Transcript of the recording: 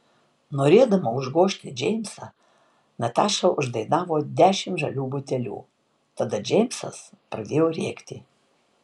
norėdama užgožti džeimsą nataša uždainavo dešimt žalių butelių tada džeimsas pradėjo rėkti